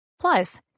Plus